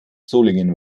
solingen